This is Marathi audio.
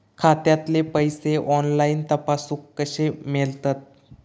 खात्यातले पैसे ऑनलाइन तपासुक कशे मेलतत?